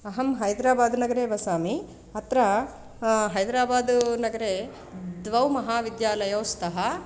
अहं हैद्राबाद् नगरे वसामि अत्र हैद्राबाद् नगरे द्वौ महाविद्यालयौ स्तः